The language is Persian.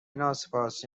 ناسپاسی